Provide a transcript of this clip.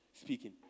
speaking